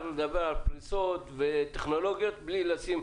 לדבר על פריסות וטכנולוגיות בלי לדון בזה.